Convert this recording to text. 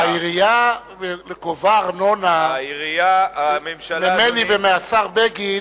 העירייה גובה ארנונה ממני ומהשר בגין,